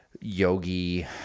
yogi